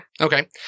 Okay